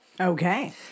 Okay